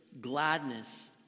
gladness